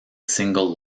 single